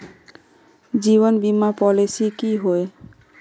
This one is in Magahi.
जीवन बीमा पॉलिसी की होय?